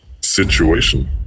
situation